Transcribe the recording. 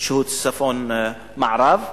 שהוא מצפון-מערב לסח'נין.